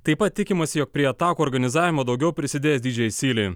taip pat tikimasi jog prie atakų organizavimo daugiau prisidės dy džei syli